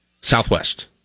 Southwest